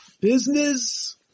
business